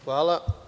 Hvala.